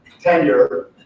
tenure